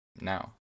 now